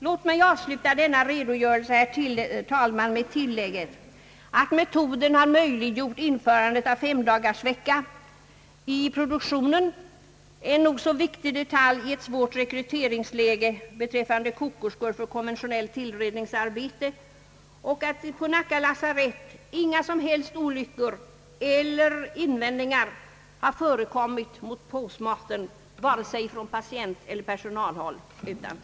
Låt mig, herr talman, avsluta denna redogörelse med tillägget att metoden har möjliggjort införandet av femdagarsvecka i produktionen — en nog så viktig detalj i ett svårt rekryteringsläge beträffande kokerskor för konventionellt tillredningsarbete — och att på Nacka lasarett inga som helst olyckor eller invändningar har förekommit mot påsmaten, vare sig från patienteller personalhåll.